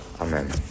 Amen